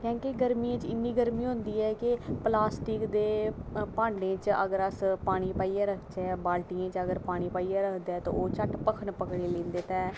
क्योंकि गरमियें च इन्नी गरमीू होंदी ऐ की प्लॉस्टिक भांडे च अगर अस भांडे च पानी पाइयै रक्खगे बाल्टियें च अगर अस पानी पाइयै रक्खगे ते ओह् झट्ट भक्खन लगी पौंदे